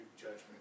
judgment